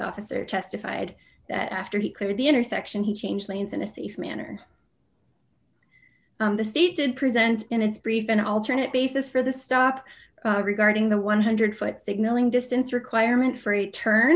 officer testified that after he cleared the intersection he changed lanes in a safe manner the state did present in its brief an alternate basis for the stop regarding the one hundred foot signaling distance requirement f